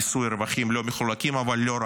מיסוי רווחים לא מחולקים אבל לא רק,